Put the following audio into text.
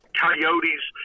coyotes